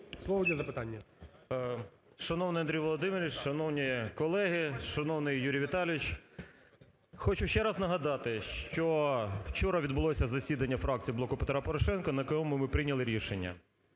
Шановний Андрій Володимирович, шановні колеги, шановний Юрій Віталійович! Хочу ще раз нагадати, що вчора відбулося засідання фракції "Блоку Петра Порошенка", на якому ми прийняли рішення,